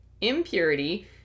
impurity